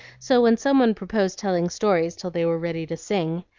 so, when some one proposed telling stories till they were ready to sing,